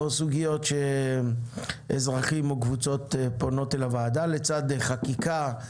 או סוגיות שאזרחים או קבוצות פונות אל הוועדה לצד חקיקה,